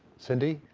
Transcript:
cindy?